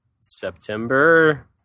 September